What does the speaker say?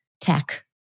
tech